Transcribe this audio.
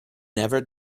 never